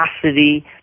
capacity